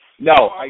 No